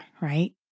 right